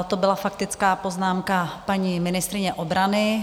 To byla faktická poznámka paní ministryně obrany.